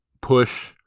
push